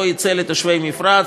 לא יצא לתושבי המפרץ.